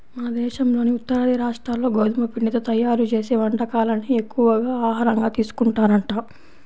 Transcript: మన దేశంలోని ఉత్తరాది రాష్ట్రాల్లో గోధుమ పిండితో తయ్యారు చేసే వంటకాలనే ఎక్కువగా ఆహారంగా తీసుకుంటారంట